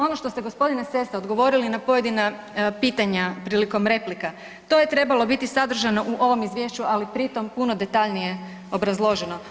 Ono što se gospodine Sessa odgovorili na pojedina pitanja prilikom replika to je trebalo biti sadržano u ovom izvješću, ali pritom puno detaljnije obrazloženo.